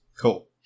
Cool